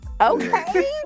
Okay